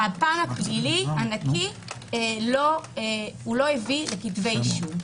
בפן הפלילי הנקי הוא לא הביא לכתבי אישום.